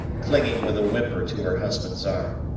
clinging with a whimper to her husband's arm.